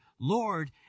Lord